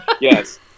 Yes